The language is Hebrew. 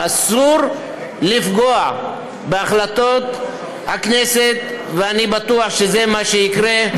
אסור לפגוע בהחלטות הכנסת ואני בטוח שזה מה שיקרה.